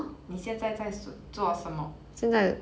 你现在在做什么